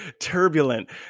turbulent